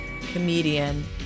comedian